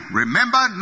remember